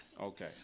Okay